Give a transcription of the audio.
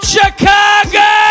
Chicago